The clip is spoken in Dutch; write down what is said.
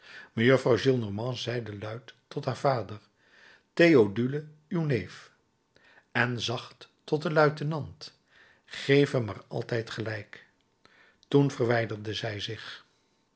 mejuffrouw gillenormand zeide luid tot haar vader theodule uw neef en zacht tot den luitenant geef hem maar altijd gelijk toen verwijderde zij zich